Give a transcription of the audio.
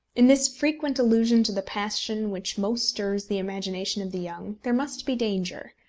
in this frequent allusion to the passion which most stirs the imagination of the young, there must be danger.